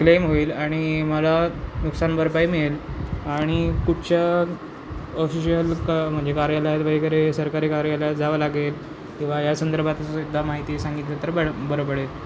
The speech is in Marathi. क्लेम होईल आणि मला नुकसान भरपाई मिळेल आणि कुठच्या अफिशिअल क म्हणजे कार्यालयात वगैरे सरकारी कार्यालयात जावं लागेल किंवा या संदर्भातसुद्धा माहिती सांगितली तर बरं बरं पडेल